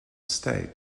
state